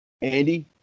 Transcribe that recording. Andy